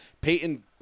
Peyton